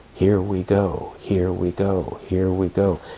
here we go, here we go, here we go.